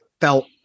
felt